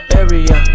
area